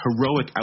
heroic